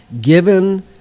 given